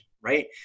right